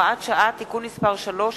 הוראת שעה) (תיקון מס' 3),